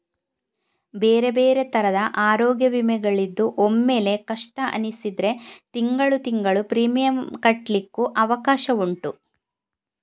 ಬೇರೆ ಬೇರೆ ತರದ ಅರೋಗ್ಯ ವಿಮೆಗಳಿದ್ದು ಒಮ್ಮೆಲೇ ಕಷ್ಟ ಅನಿಸಿದ್ರೆ ತಿಂಗಳು ತಿಂಗಳು ಪ್ರೀಮಿಯಂ ಕಟ್ಲಿಕ್ಕು ಅವಕಾಶ ಉಂಟು